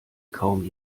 kaum